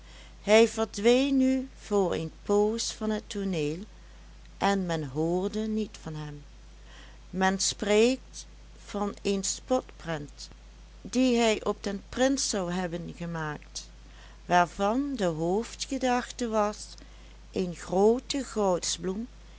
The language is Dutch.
hij verdween nu voor een poos van het tooneel en men hoorde niet van hem men spreekt van een spotprent die hij op den prins zou hebben gemaakt waarvan de hoofdgedachte was een groote goudsbloem